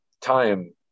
time